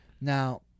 Now